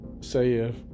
say